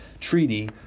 treaty